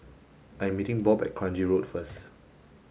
I'm meeting Bob at Kranji Road first